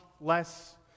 less